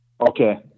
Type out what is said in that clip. Okay